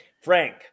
Frank